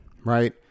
right